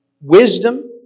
wisdom